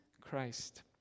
Christ